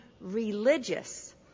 religious